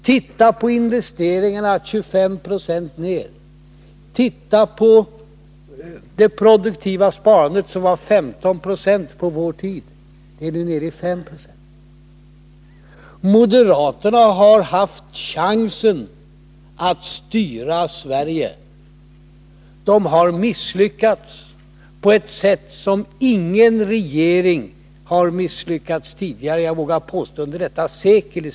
Under samma tid har investeringarna minskat med 25 90. Det produktiva sparandet under vår regeringstid uppgick till 15 96 per år. Nu är det nere i5 20. Moderaterna har haft chansen att styra Sverige, men de har misslyckats på ett sätt som ingen regering i Sverige kunnat visa upp en motsvarighet till, jag vågar påstå under detta sekel.